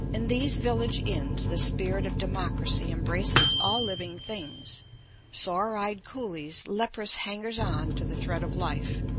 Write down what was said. in these village inns the spirit of democracy embraces all living things sore-eyed coolies, leprous hangers-on to the thread of life,